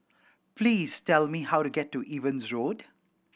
please tell me how to get to Evans Road